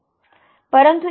परंतु 1 मध्ये